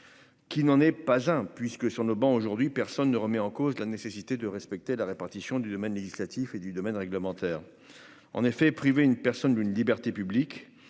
Qui n'en est pas hein, puisque sur le banc, aujourd'hui, personne ne remet en cause la nécessité de respecter la répartition du domaine législatif est du domaine réglementaire en effet privé une personne d'une liberté publique,